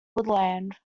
woodland